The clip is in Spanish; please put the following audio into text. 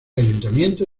ayuntamiento